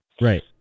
Right